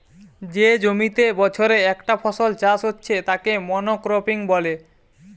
যে জমিতে বছরে একটা ফসল চাষ হচ্ছে তাকে মনোক্রপিং বলে